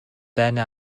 дайны